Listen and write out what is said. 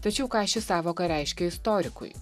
tačiau ką ši sąvoka reiškia istorikui